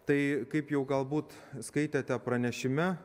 tai kaip jau galbūt skaitėte pranešime